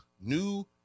new